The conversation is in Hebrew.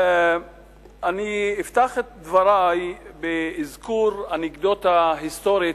אני אפתח את דברי באזכור אנקדוטה היסטורית